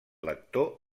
lector